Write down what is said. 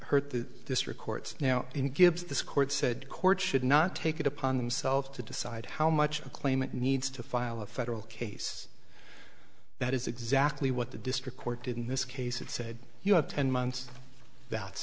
hurt the district courts now in gives this court said courts should not take it upon themselves to decide how much a claimant needs to file a federal case that is exactly what the district court in this case had said you have ten months that's